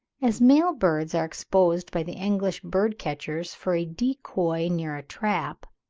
as male birds are exposed by the english bird-catchers for a decoy near a trap,